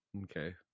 Okay